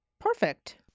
Perfect